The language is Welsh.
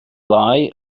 ddau